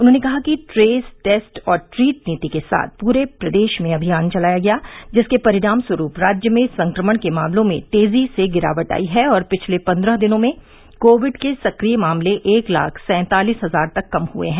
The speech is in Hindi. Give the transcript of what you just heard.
उन्होंने कहा कि ट्रेस टेस्ट और ट्रीट नीति के साथ पूरे प्रदेश में अभियान चलाया गया जिसके परिणामस्वरूप राज्य में संक्रमण के मामलों में तेजी से गिरावट आयी है और पिछले पन्द्रह दिनों में कोविड के सक्रिय मामले एक लाख सैंतालीस हजार तक कम हुए हैं